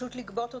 פשוט לגבות אותם.